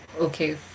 Okay